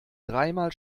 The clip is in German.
dreimal